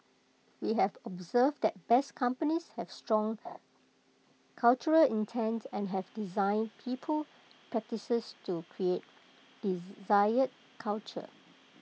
we have observed that best companies have strong cultural intent and have designed people practices to create desired culture